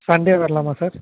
Sunday வரலாமா sir